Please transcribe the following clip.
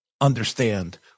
understand